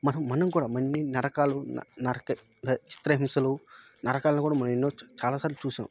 మనం మనం కూడా మన్ని నరకాలు నరక చిత్ర హింసలు నరకాలను కూడా మనం ఎన్నో చాలాసార్లు చూసాం